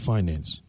Finance